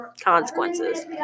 consequences